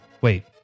Wait